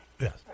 Yes